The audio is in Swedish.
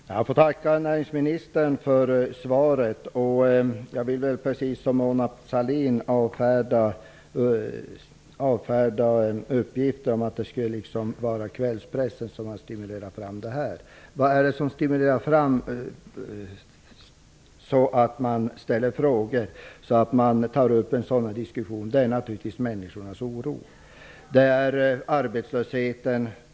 Fru talman! Jag får tacka näringsministern för svaret. Precis som Mona Sahlin vill jag avfärda uppgiften att det skulle vara kvällspressen som har inspirerat oss. Vad som stimulerat oss till att ställa frågor och ta upp den här diskussionen är naturligtvis människornas oro, arbetslösheten.